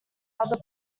other